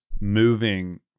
moving